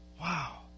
wow